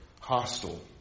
hostile